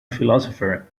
philosopher